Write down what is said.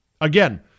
Again